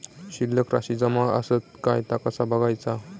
शिल्लक राशी जमा आसत काय ता कसा बगायचा?